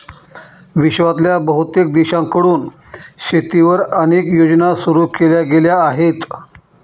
विश्वातल्या बहुतेक देशांकडून शेतीवर अनेक योजना सुरू केल्या गेल्या आहेत